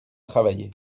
travailler